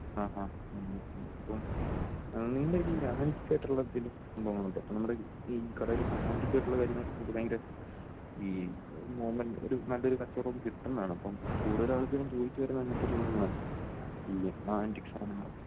ആ അ അപ്പോള് നിങ്ങളുടെ കയ്യില് ഈ ആൻറ്റിക്കായിട്ടുള്ള എന്തെങ്കിലും സംഭവങ്ങളുണ്ടോ ഇപ്പോള് നമ്മുടെ ഈ കടയില് ഇപ്പോള് ആൻ്റിക്കായിട്ടുള്ള കാര്യങ്ങള്ക്കൊക്കെ ഭയങ്കരം ഈ ഒരു നല്ലൊരു കച്ചവടം കിട്ടുന്നതാണ് അപ്പം കൂടുതലാളുകളും ചോദിച്ചുവരുന്നത് അങ്ങനത്തെ സംഭവങ്ങളാണ് ഈ ആൻ്റിക് സാധനങ്ങൾ